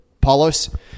Paulos